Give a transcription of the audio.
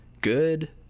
good